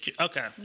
Okay